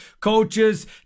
coaches